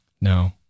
No